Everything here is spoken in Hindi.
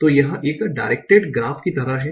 तो यह एक डाइरेक्टेड ग्राफ की तरह है